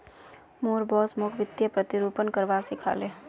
मोर बॉस मोक वित्तीय प्रतिरूपण करवा सिखा ले